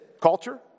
Culture